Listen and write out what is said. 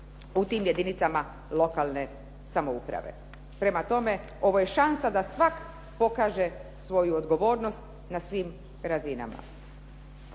u tim jedinicama lokalne samouprave. Prema tome, ovo je šansa da svak pokaže svoju odgovornost na svim razinama.